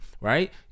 Right